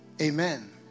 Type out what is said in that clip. amen